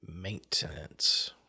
Maintenance